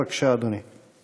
בבקשה, אדוני.